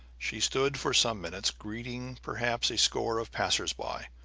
she stood for some minutes, greeting perhaps a score of passers-by,